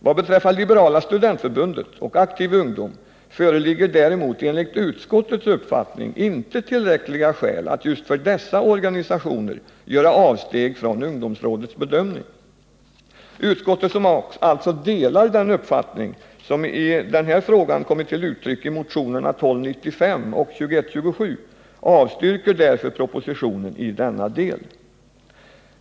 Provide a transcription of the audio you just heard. Vad beträffar Liberala studentförbundet och Aktiv ungdom föreligger däremot, enligt utskottets uppfattning, inte tillräckliga skäl att just för dessa organisationer göra avsteg från ungdomsrådets bedömning. Utskottet, som alltså delar den uppfattning som i denna fråga kommer till uttryck i motionerna 1295 och 2127, avstyrker därför propositionen i denna del.